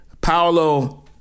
Paolo